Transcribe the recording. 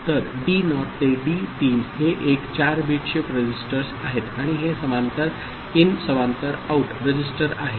तर D not ते D 3 हे एक 4 बिट शिफ्ट रजिस्टर आहे आणि हे समांतर इन समांतर आउट रजिस्टर आहे